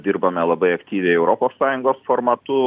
dirbame labai aktyviai europos sąjungos formatu